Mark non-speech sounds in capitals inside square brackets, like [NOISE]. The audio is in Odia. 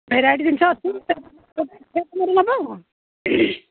ଭେରାଇଟି ଜିନିଷ ଅଛି [UNINTELLIGIBLE] ନବ ଆଉ କଣ